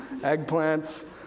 eggplants